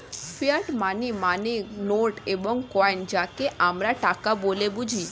fiat money মানে note এবং coin যাকে আমরা টাকা বলে বুঝি